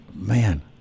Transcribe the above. man